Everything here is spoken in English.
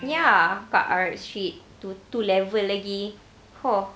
ya kat arab street t~ two level lagi